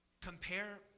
Compare